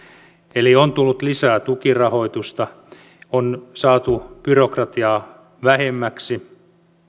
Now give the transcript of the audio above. eli on tullut lisää tukirahoitusta on saatu byrokratiaa vähemmäksi